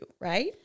right